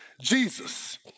Jesus